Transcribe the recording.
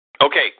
Okay